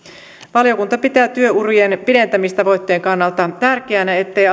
valiokunta pitää työurien pidentämistavoitteen kannalta tärkeänä ettei